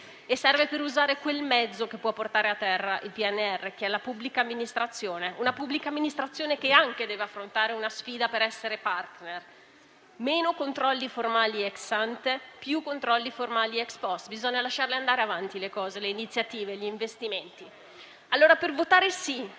per usare quel mezzo che può portare a terra il PNRR che è la pubblica amministrazione. Anche la pubblica amministrazione deve affrontare una sfida per essere *partner*: meno controlli formali *ex ante*, più controlli *ex post*. Bisogna lasciare andare avanti le iniziative, gli investimenti. Pertanto, per votare a